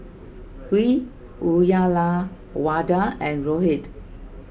Hri Uyyalawada and Rohit